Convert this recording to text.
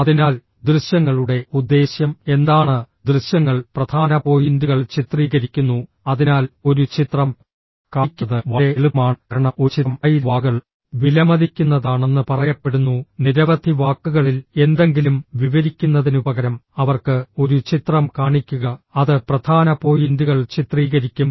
അതിനാൽ ദൃശ്യങ്ങളുടെ ഉദ്ദേശ്യം എന്താണ് ദൃശ്യങ്ങൾ പ്രധാന പോയിന്റുകൾ ചിത്രീകരിക്കുന്നു അതിനാൽ ഒരു ചിത്രം കാണിക്കുന്നത് വളരെ എളുപ്പമാണ് കാരണം ഒരു ചിത്രം 1000 വാക്കുകൾ വിലമതിക്കുന്നതാണെന്ന് പറയപ്പെടുന്നു നിരവധി വാക്കുകളിൽ എന്തെങ്കിലും വിവരിക്കുന്നതിനുപകരം അവർക്ക് ഒരു ചിത്രം കാണിക്കുക അത് പ്രധാന പോയിന്റുകൾ ചിത്രീകരിക്കും